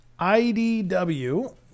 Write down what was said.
IDW